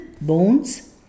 bones